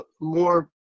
more